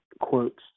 quotes